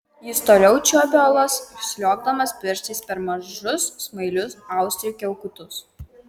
jis toliau čiuopė uolas sliuogdamas pirštais per mažus smailius austrių kiaukutus